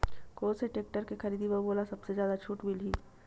कोन से टेक्टर के खरीदी म मोला सबले जादा छुट मिलही?